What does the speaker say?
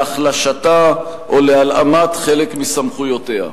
להחלשתה או להלאמת חלק מסמכויותיה.